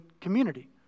community